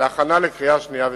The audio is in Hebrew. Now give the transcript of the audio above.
להכנה לקריאה שנייה ושלישית.